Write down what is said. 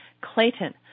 Clayton